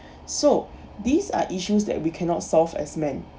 so these are issues that we cannot solve as men